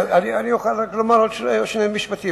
אני יכול לומר רק עוד שני משפטים.